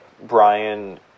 Brian